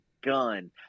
gun